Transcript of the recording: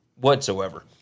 whatsoever